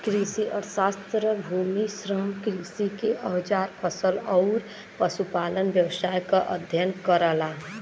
कृषि अर्थशास्त्र भूमि, श्रम, कृषि के औजार फसल आउर पशुपालन व्यवसाय क अध्ययन करला